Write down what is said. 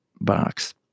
box